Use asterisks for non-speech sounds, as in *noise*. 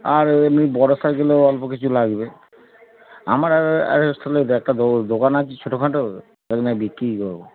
আর এমনি বড় সাইকেলও অল্প কিছু লাগবে আমার আর আর *unintelligible* একটা দোকান আছে ছোটখাটো তাই জন্য আমি বিক্রি করব